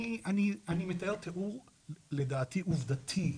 לא, אני מתאר תיאור, לדעתי, עובדתי.